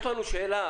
יש לי שאלה.